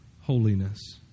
holiness